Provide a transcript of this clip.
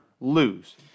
lose